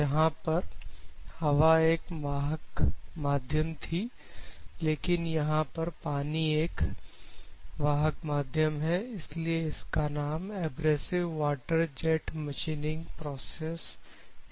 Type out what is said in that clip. जहां पर हवा एक वाहक माध्यम थी लेकिन यहां पर पानी वाहक माध्यम है इसलिए इसका नाम abrasive water jet machining process है